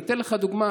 אני אתן לך דוגמה.